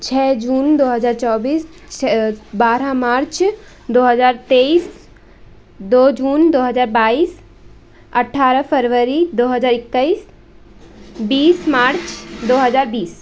छः जून दो हज़ार चौबिस छः बारह मार्च दो हज़ार तेईस दो जून दो हज़ार बाईस अठारह फरबरी दो हज़ार इक्कीस बीस मार्च दो हज़ार बीस